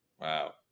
Wow